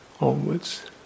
Onwards